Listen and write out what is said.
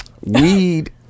weed